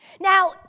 Now